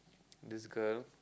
this girl